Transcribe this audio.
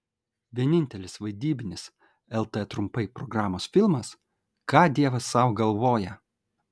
vienintelis vaidybinis lt trumpai programos filmas ką dievas sau galvoja